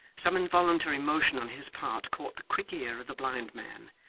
some involuntary motion on his part caught the quick ear of the blind man,